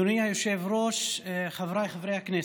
אדוני היושב-ראש, חבריי חברי הכנסת,